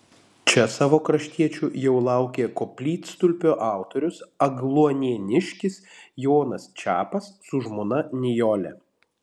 čia savo kraštiečių jau laukė koplytstulpio autorius agluonėniškis jonas čepas su žmona nijole